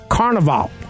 Carnival